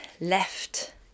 left